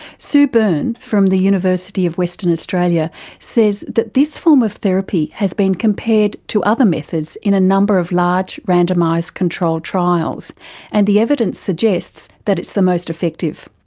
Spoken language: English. sue byrne from the university of western australia says that this form of therapy has been compared to other methods in a number of large randomised controlled trials and the evidence suggests that it's the most effective.